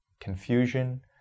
confusion